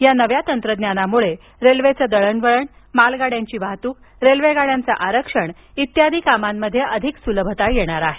या नव्या तंत्रज्ञानामुळे रेल्वेचे दळणवळण मालगाड्यांची वाहतूक रेल्वेगाड्यांचं आरक्षण इत्यादी कामांमध्ये अधिक सुलभता येणार आहे